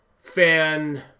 fan